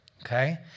Okay